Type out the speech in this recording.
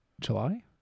July